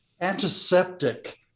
antiseptic